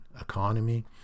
economy